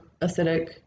acidic